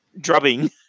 drubbing